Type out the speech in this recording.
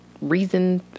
reason